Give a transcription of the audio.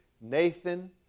Nathan